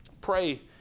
Pray